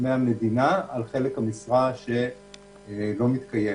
מהמדינה על חלק המשרה שלא מתקיים